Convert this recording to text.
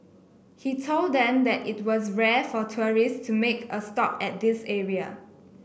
he told them that it was rare for tourists to make a stop at this area